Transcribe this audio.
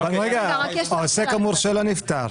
העוסק המורשה לא נפתר.